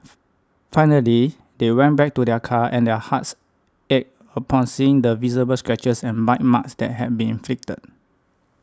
finally they went back to their car and their hearts ached upon seeing the visible scratches and bite marks that had been inflicted